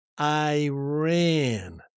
Iran